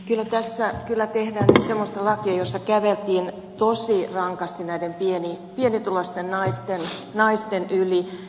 kyllä tässä tehdään semmoista lakia jossa käveltiin tosi rankasti pienituloisten naisten yli